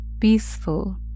peaceful